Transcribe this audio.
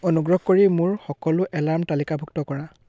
অনুগ্ৰহ কৰি মোৰ সকলো এলাৰ্ম তালিকাভুক্ত কৰা